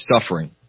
suffering